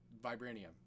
Vibranium